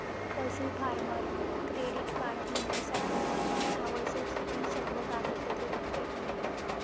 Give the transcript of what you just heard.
पशु farmer credit card घेण्यासाठी मोहनने आवश्यक ती सर्व कागदपत्रे बँकेत नेली